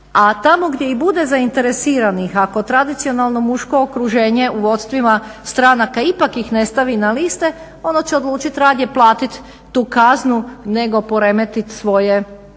a tamo gdje i bude zainteresiranih ako tradicionalno muško okruženje u vodstvima stranaka ipak ih ne stavi na liste ono će odlučiti radije platiti tu kaznu nego poremetiti svoje neke